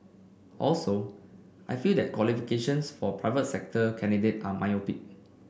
also I feel that the qualifications for a private sector candidate are myopic